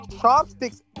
chopsticks